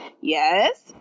yes